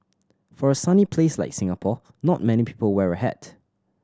for a sunny place like Singapore not many people wear a hat